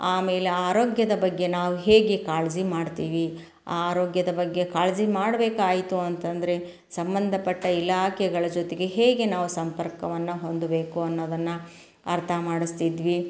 ಆಮೇಲೆ ಆರೋಗ್ಯದ ಬಗ್ಗೆ ನಾವು ಹೇಗೆ ಕಾಳಜಿ ಮಾಡ್ತೀವಿ ಆರೋಗ್ಯದ ಬಗ್ಗೆ ಕಾಳಜಿ ಮಾಡಬೇಕಾಯ್ತು ಅಂತಂದರೆ ಸಂಬಂಧಪಟ್ಟ ಇಲಾಖೆಗಳ ಜೊತೆಗೆ ಹೇಗೆ ನಾವು ಸಂಪರ್ಕವನ್ನು ಹೊಂದಬೇಕು ಅನ್ನೋದನ್ನು ಅರ್ಥ ಮಾಡಿಸ್ತಿದ್ವಿ